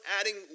adding